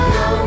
no